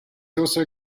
also